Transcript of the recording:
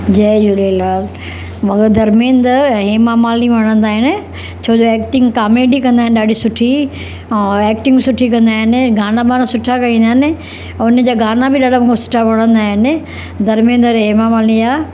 जय झूलेलाल मूंखे धर्मेंद्र ऐं हेमा मालिनी वणंदा आहिनि छो जो एक्टिंग कॉमेडी कंदा आहिनि ॾाढी सुठी ऐं एक्टिंग बि सुठी कंदा आहिनि गाना वाना सुठा ॻाईंदा आहिनि ऐं हुनजा गाना बि ॾाढा मस्तु ऐं वणंदा आहिनि धर्मेंद्र हेमा मालिनी जा